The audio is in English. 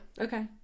Okay